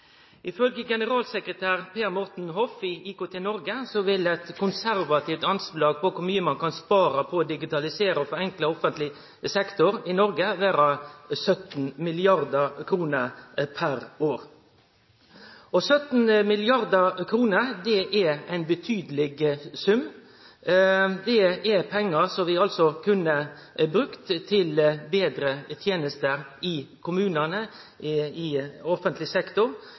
generalsekretær Per Morten Hoff i IKT-Norge vil eit konservativt anslag for kor mykje ein kan spare på å digitalisere og forenkle offentleg sektor i Noreg, vere 17 mrd. kr per år. 17 mrd. kr er ein betydeleg sum. Det er pengar som vi altså kunne ha brukt til betre tenester i kommunane, i offentleg sektor.